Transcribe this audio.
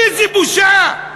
איזו בושה.